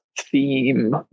theme